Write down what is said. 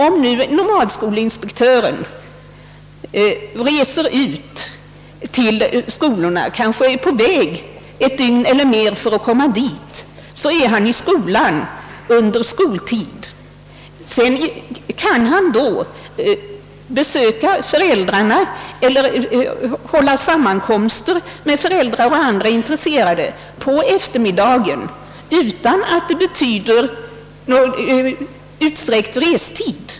Om nu nomadskolinspektören reser ut till en skola och kanske är på väg ett dygn eller mer för att komma dit och sedan är i skolan under skoltid, så kan han på eftermiddagen besöka föräldrarna eller' hålla sammankomst med föräldrar och andra intresserade utan att han åsamkas någon extra restid.